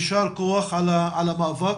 יישר כוח על המאבק.